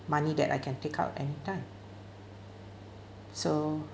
money that I can take out anytime so